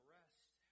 rest